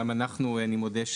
גם אנחנו, אני מודה,